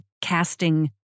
casting